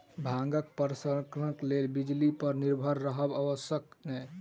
भांगक प्रसंस्करणक लेल बिजली पर निर्भर रहब आवश्यक नै